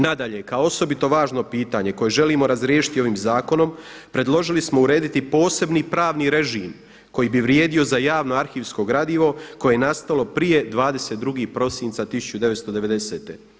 Nadalje, kao osobito važno pitanje koje želimo razriješiti ovim zakonom predložili smo urediti posebni pravni režim koji bi vrijedio za javno arhivsko gradivo koje je nastalo prije 22. prosinca 1990.